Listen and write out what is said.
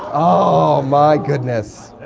oh, my goodness.